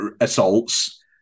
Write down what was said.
assaults